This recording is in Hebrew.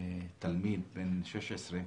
תלמיד בן 16,